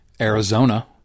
Arizona